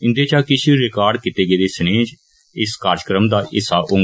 इंदे इचा किष रिकार्ड कीते गेदे स्नेह इस कार्जक्रम दा हिस्सा होगन